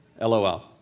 LOL